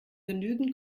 genügend